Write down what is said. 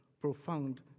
Profound